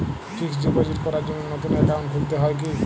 Fix deposit করার জন্য নতুন অ্যাকাউন্ট খুলতে হয় কী?